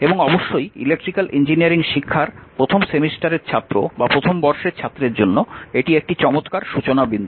এবং অবশ্যই electrical engineering শিক্ষার প্রথম সেমিস্টারের ছাত্র বা প্রথম বর্ষের ছাত্রের জন্য এটি একটি চমৎকার সূচনা বিন্দু